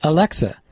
Alexa